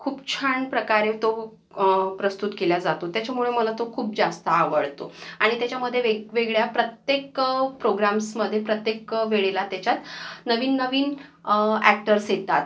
खूप छान प्रकारे तो प्रस्तुत केल्या जातो त्याच्यामुळं मला तो खूप जास्त आवडतो आणि त्याच्यामध्ये वेगवेगळ्या प्रत्येक प्रोग्राम्समध्ये प्रत्येक वेळेला त्याच्यात नवीन नवीन ॲक्टर्स येतात